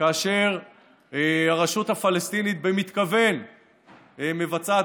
כאשר הרשות הפלסטינית במתכוון מבצעת